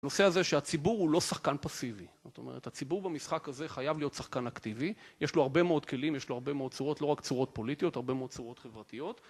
הנושא הזה שהציבור הוא לא שחקן פסיבי, זאת אומרת הציבור במשחק הזה חייב להיות שחקן אקטיבי יש לו הרבה מאוד כלים, יש לו הרבה מאוד צורות, לא רק צורות פוליטיות, הרבה מאוד צורות חברתיות